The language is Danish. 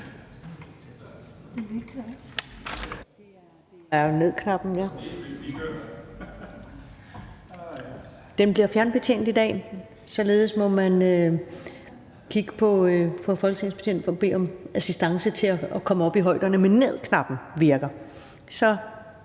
bliver fjernbetjent i dag. Således må man kigge over på en folketingsbetjent for at bede om assistance til at komme op i højderne. Men ned-knappen virker.